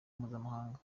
mpuzamahanga